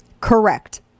Correct